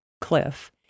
cliff